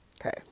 Okay